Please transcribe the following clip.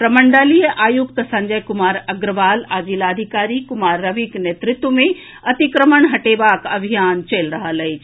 प्रमंडलीय आयुक्त संजय कुमार अग्रवाल आ जिलाधिकारी कुमार रविक नेतृत्व मे अतिक्रमण हटेबाक अभियान चलि रहल अछि